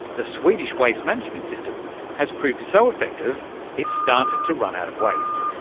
the swedish waste management system has proved so effective it's started to run out of waste,